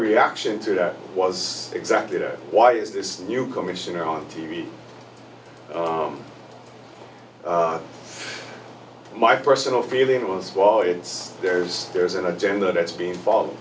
reaction to that was exactly why is this new commissioner on t v my personal feeling was well it's there's there's an agenda that's being followed